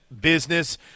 business